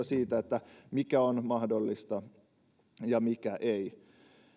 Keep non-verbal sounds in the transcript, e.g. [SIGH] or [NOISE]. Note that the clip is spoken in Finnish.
[UNINTELLIGIBLE] siitä mikä on mahdollista ja mikä ei